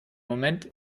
moment